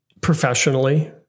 professionally